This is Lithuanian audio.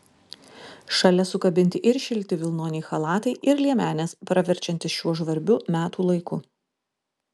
šalia sukabinti ir šilti vilnoniai chalatai ir liemenės praverčiantys šiuo žvarbiu metų laiku